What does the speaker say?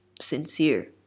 sincere